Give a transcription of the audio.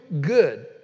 good